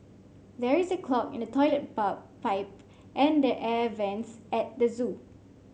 there is a clog in the toilet pipe and the air vents at the zoo